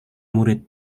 murid